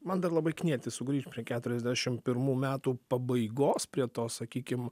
man dar labai knieti sugrįžt prie keturiasdešim pirmų metų pabaigos prie to sakykim